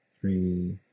Three